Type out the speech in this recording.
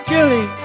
Gilly